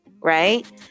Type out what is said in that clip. right